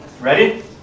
Ready